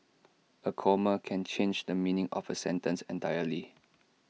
A comma can change the meaning of A sentence entirely